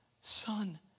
Son